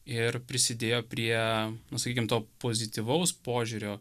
ir prisidėjo prie na sakykim to pozityvaus požiūrio